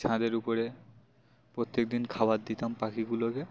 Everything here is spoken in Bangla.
ছাদের উপরে প্রত্যেকদিন খাবার দিতাম পাখিগুলোকে